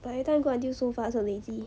but every time go until so far so lazy